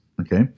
Okay